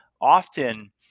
often